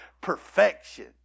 perfection